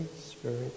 Spirit